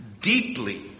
deeply